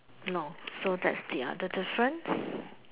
no so that's the other difference